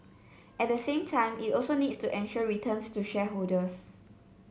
at the same time it also needs to ensure returns to shareholders